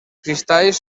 cristalls